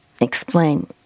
explain